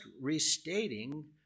restating